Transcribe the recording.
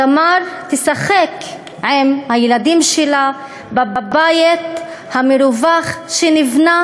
תמר תשחק עם הילדים שלה בבית המרווח שנבנה